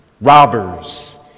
robbers